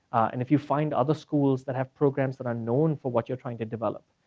and if you find other schools that have programs that are known for what you're trying to develop,